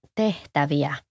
tehtäviä